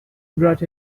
brought